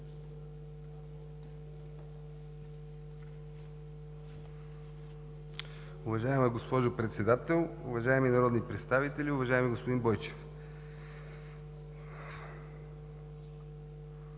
Уважаема госпожо Председател, уважаеми народни представители, уважаеми господин Бойчев!